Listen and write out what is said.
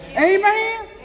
Amen